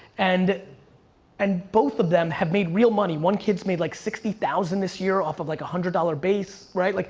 and and both of them have made real money, one kid's made like sixteen thousand this year off of like one hundred dollars base, right. like